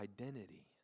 identity